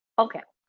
okay.